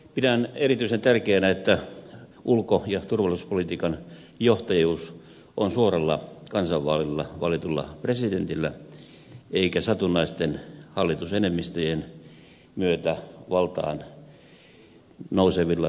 pidän erityisen tärkeänä että ulko ja turvallisuuspolitiikan johtajuus on suoralla kansanvaalilla valitulla presidentillä eikä satunnaisten hallitusenemmistöjen myötä valtaan nousevilla suhdannepoliitikoilla